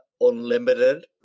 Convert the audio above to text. Unlimited